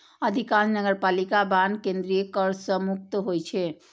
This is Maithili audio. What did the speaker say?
अधिकांश नगरपालिका बांड केंद्रीय कर सं मुक्त होइ छै